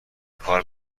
کار